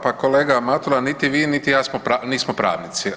Pa kolega Matula, niti vi, niti ja nismo pravnici.